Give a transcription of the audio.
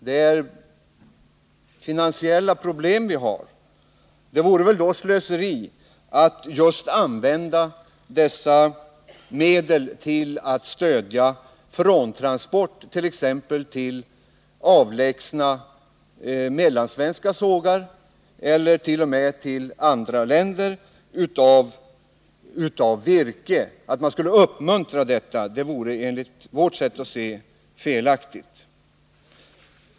Det vore därför, som någon sade, slöseri att använda dessa medel till att stödja fråntransporter av virke till exempelvis avlägsna mellansvenska sågar ellert.o.m. andra länder. En uppmuntran av detta vore enligt vårt sätt att se felaktig.